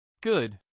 Good